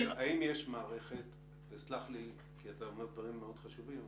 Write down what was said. אתה אומר דברים מאוד חשובים,